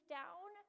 down